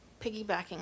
Piggybacking